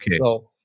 Okay